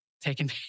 taking